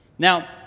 Now